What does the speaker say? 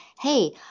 hey